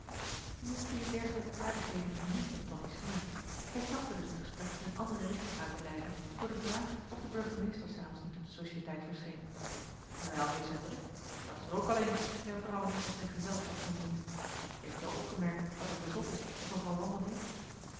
nu vielen dergelijke aardigheden niet in tonie's smaak hij trachte dus het gesprek een andere richting uit te leiden door de vraag of de burgemeester s avonds niet op de societeit verscheen wel wis en drie dat is er ook al een die zijn vrouw niet met zijn gezelschap vermoeit heeft u al opgemerkt dat hij verzot is op mevrouw wandelheem